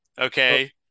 Okay